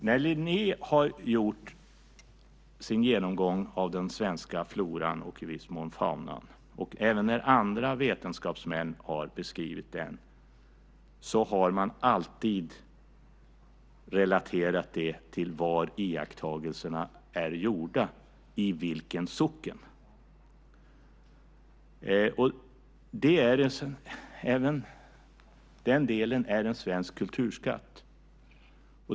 När Linné har gjort sin genomgång av den svenska floran och i viss mån faunan, och även när andra vetenskapsmän har beskrivit detta, har man alltid relaterat till var iakttagelserna är gjorda - i vilken socken. Även den delen är en svensk kulturskatt.